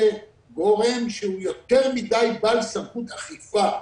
גורם שהוא יותר מדי בעל סמכות אכיפה.